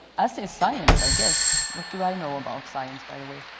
as is science i guess, what do i know about science by the way?